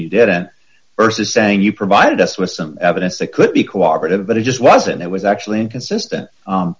you didn't ursa saying you provided us with some evidence that could be co operative but it just wasn't it was actually inconsistent